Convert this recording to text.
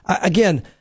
again